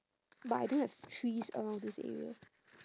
but I don't have trees around this area